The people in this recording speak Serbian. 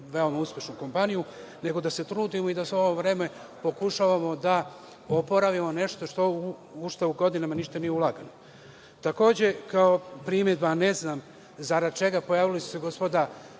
veoma uspešnu kompaniju, nego da se trudimo i da svo ovo vreme pokušavamo da oporavimo nešto u šta godinama ništa nije ulagano. Takođe, kao primedba, a ne znam zarad čega, pojavila su se gospoda